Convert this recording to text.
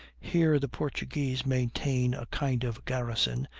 here the portuguese maintain a kind of garrison,